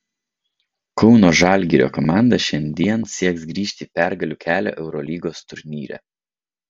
kauno žalgirio komanda šiandien sieks grįžti į pergalių kelią eurolygos turnyre